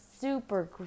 super